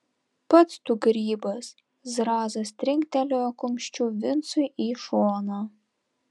pats tu grybas zrazas trinktelėjo kumščiu vincui į šoną